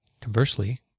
Conversely